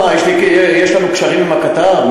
מה, יש לנו קשרים עם הכתב?